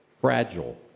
fragile